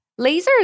Lasers